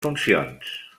funcions